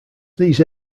these